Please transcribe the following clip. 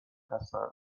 هستند